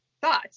thoughts